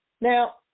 Now